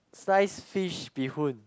sliced fish bee hoon